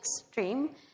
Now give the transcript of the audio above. extreme